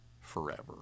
forever